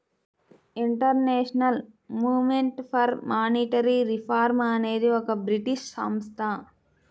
international movement for monetary reform అనేది ఒక British సంస్థ